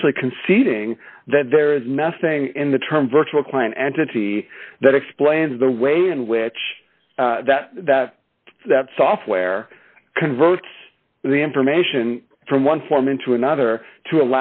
essentially conceding that there is nothing in the term virtual client entity that explains the way in which that that software converts the information from one form into another to